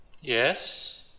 Yes